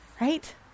right